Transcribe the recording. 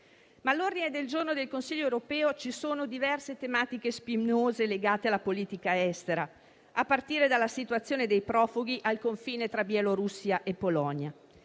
UE. All'ordine del giorno del Consiglio europeo, però, ci sono diverse tematiche spinose legate alla politica estera, a partire dalla situazione dei profughi al confine tra Bielorussia e Polonia.